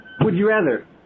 would-you-rather